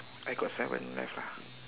I got seven left lah